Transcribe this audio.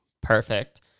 perfect